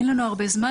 אין לנו הרבה זמן,